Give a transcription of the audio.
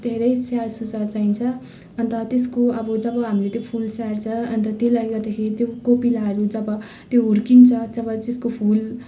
धेरै स्याहारसुसार चाहिन्छ अन्त त्यसको अब जब हामीले त्यो फुल स्याहार्छ अन्त त्यसलाई गर्दाखेरि त्यो कोपिलाहरू जब त्यो हुर्किन्छ अथवा त्यसको फुल